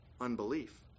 unbelief